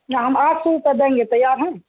نہ ہم آٹھ سو روپیہ دیں گے تیار ہیں